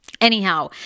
Anyhow